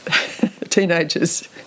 teenagers